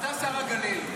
אתה שר הגליל.